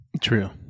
True